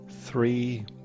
Three